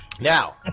Now